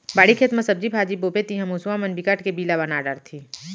बाड़ी, खेत म सब्जी भाजी बोबे तिंहा मूसवा मन बिकट के बिला बना डारथे